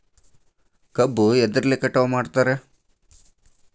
ಕಬ್ಬು ಎದ್ರಲೆ ಕಟಾವು ಮಾಡ್ತಾರ್?